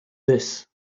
this